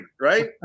right